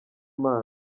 imana